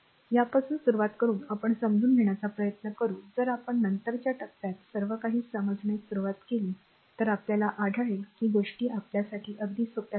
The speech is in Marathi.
यापासून सुरूवात करून आपण समजून घेण्याचा प्रयत्न करू जर आपण नंतरच्या टप्प्यात सर्वकाही समजण्यास सुरुवात केली तर आपल्याला आढळेल की गोष्टी आपल्यासाठी अगदी सोप्या झाल्या आहेत